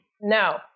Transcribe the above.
No